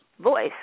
voice